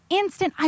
instant